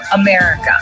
America